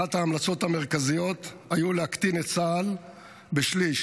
אחת ההמלצות המרכזיות הייתה להקטין את צה"ל בשליש.